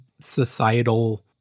societal